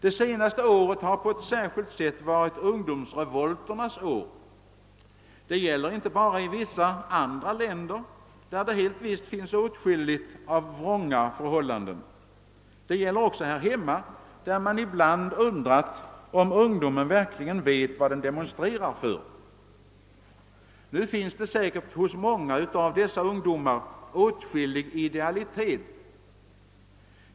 Det senaste året har på ett särskilt sätt varit ungdomsrevolternas år. Det gäller inte bara i vissa andra länder där det helt visst finns åtskilligt av vrånga förhållanden. Det gäller också här hemma där man ibland undrat om ungdomen verkligen vet vad den demonstrerar för. Nu finns säkert hos många av dessa ungdomar åtskillig idealitet.